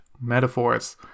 metaphors